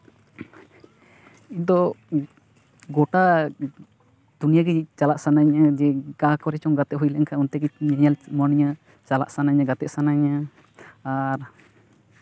ᱤᱧ ᱫᱚ ᱜᱚᱴᱟ ᱫᱩᱱᱭᱟᱹ ᱜᱮ ᱪᱟᱞᱟᱜ ᱥᱟᱱᱟᱧᱟ ᱡᱮ ᱚᱠᱟ ᱠᱚᱨᱮ ᱪᱚᱝ ᱜᱟᱛᱮᱜ ᱦᱩᱭ ᱞᱮᱱᱠᱷᱟᱱ ᱚᱱᱛᱮ ᱜᱮ ᱧᱮᱞ ᱢᱚᱱᱮᱭᱟ ᱪᱟᱞᱟᱜ ᱥᱟᱱᱟᱧᱟ ᱜᱟᱛᱮᱜ ᱥᱟᱱᱟᱧᱟ ᱟᱨ